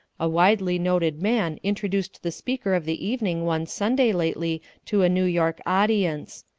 a widely-noted man introduced the speaker of the evening one sunday lately to a new york audience.